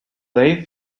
they